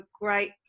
great